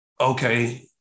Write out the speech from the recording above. okay